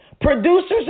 Producers